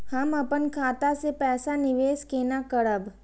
हम अपन खाता से पैसा निवेश केना करब?